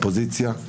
אופוזיציה,